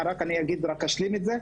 רק אשלים.